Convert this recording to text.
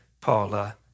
Paula